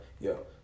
Yo